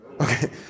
Okay